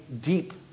deep